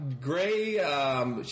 Gray